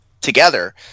together